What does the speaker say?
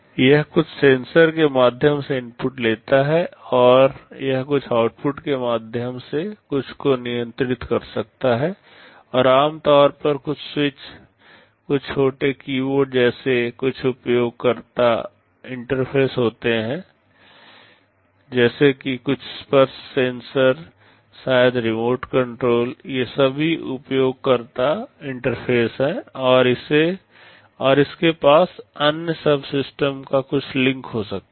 यह कुछ सेंसर के माध्यम से इनपुट लेता है और यह कुछ आउटपुट के माध्यम से कुछ को नियंत्रित कर सकता है और आम तौर पर कुछ स्विच कुछ छोटे कीबोर्ड जैसे कुछ उपयोगकर्ता इंटरफेस होते हैं जैसे कि कुछ स्पर्श सेंसर शायद रिमोट कंट्रोल ये सभी उपयोगकर्ता इंटरफेस हैं और इसके पास अन्य सब सिस्टम का कुछ लिंक हो सकता है